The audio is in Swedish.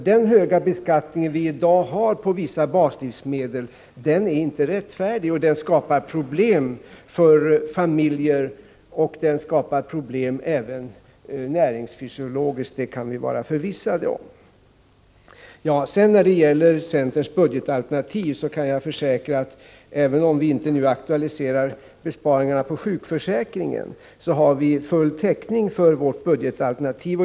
Den höga beskattning vi i dag har på vissa baslivsmedel är nämligen inte rättfärdig, och den skapar problem för familjer, och den skapar problem även näringsfysiologiskt — det kan vi vara förvissade om. Även om vi inte nu aktualiserar några besparingar när det gäller sjukförsäkringen har vi full täckning för vårt budgetalternativ.